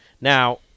Now-